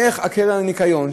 איך הקרן לניקיון,